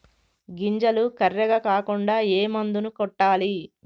గింజలు కర్రెగ కాకుండా ఏ మందును కొట్టాలి?